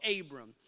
Abram